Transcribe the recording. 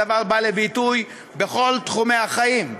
הדבר בא לביטוי בכל תחומי החיים,